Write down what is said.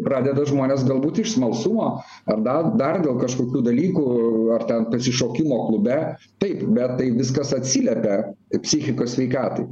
pradeda žmonės galbūt iš smalsumo ar dar dar dėl kažkokių dalykų ar ten išsišokimo klube taip bet tai viskas atsiliepia psichikos sveikatai